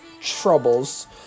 troubles